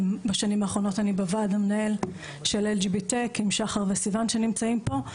בשנים האחרונות אני בוועד המנהל של LGBTECH עם שחר וסיון שנמצאים פה.